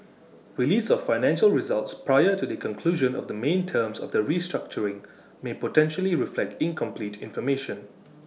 release of financial results prior to the conclusion of the main terms of the restructuring may potentially reflect incomplete information